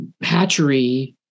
hatchery